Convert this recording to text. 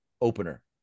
opener